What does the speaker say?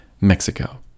Mexico